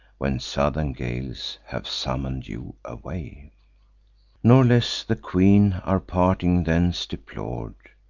when southern gales have summon'd you away nor less the queen our parting thence deplor'd,